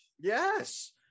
yes